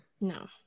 No